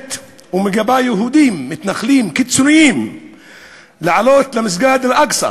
מעודדת ומגבה יהודים מתנחלים קיצוניים לעלות למסגד אל-אקצא